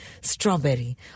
strawberry